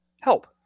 Help